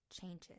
changes